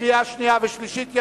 קריאה שנייה וקריאה שלישית.